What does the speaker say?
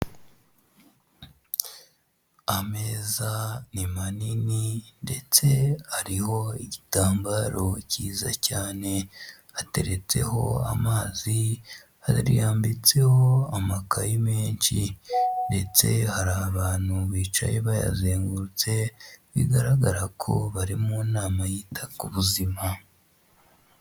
Ameza ni manini ndetse ariho igitambaro cyiza cyane, hateretseho amazi arambitseho amakaye menshi ndetse hari abantu bicaye bayazengurutse, bigaragara ko bari mu nama yita ku buzima.